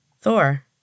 Thor